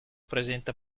presenta